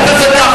חבר הכנסת גפני.